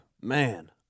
man